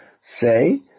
say